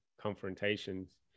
confrontations